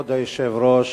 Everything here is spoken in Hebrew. כבוד היושב-ראש,